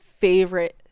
favorite